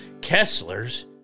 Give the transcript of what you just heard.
Kessler's